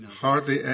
hardly